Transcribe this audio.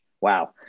Wow